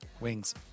Wings